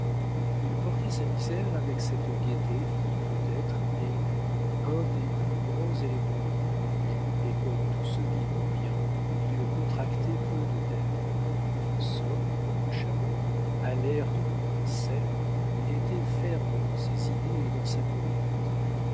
il portait sa misère avec cette gaieté qui peut-être est un des plus grands éléments du courage et comme tous ceux qui n'ont rien il contractait peu de dettes sobre comme un chameau alerte comme un cerf il était ferme dans ses idées et dans sa conduite